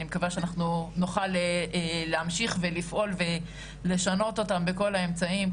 מקווה שאנחנו נוכל להמשיך ולפעול ולשנות אותם בכל האמצעים,